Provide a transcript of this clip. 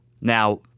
Now